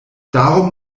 darum